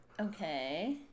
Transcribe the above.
Okay